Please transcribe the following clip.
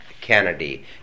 Kennedy